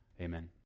Amen